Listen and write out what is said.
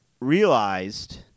realized